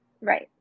Right